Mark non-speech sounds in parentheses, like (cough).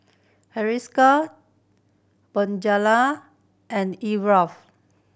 Hiruscar Bonjela and (unintelligible)